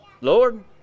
Lord